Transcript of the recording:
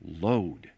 load